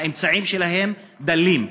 האמצעים שלהן דלים.